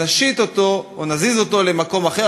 נסיט אותו או נזיז אותו למקום אחר,